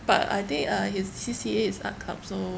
but I think uh his C_C_A is art club so